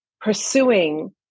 pursuing